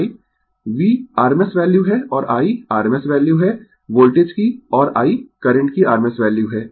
V rms value है और I rms value है वोल्टेज की और I करंट की rms वैल्यू है